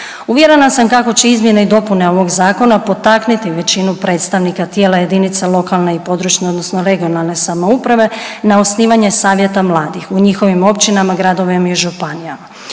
Uvjerena sam kako će izmjene i dopune ovog zakona potaknuti većinu predstavnika tijela jedinica lokalne i područne, odnosno regionalne samouprave na osnivanje Savjeta mladih u njihovim općinama, gradovima i županijama.